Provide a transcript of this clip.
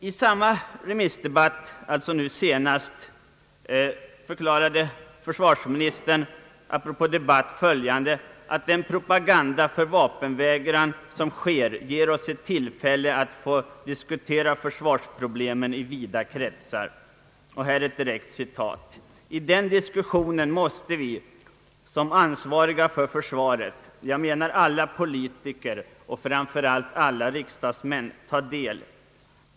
I samma remissdebatt förklarade försvarsministern apropå debatt att den propaganda för vapenvägran som sker ger oss ett tillfälle att få diskutera försvarsproblemen i vida kretsar. Han fortsatte: »I den diskussionen måste vi som ansvariga för försvaret — jag menar alla politiker och framför allt alla riksdagsmän — ta del.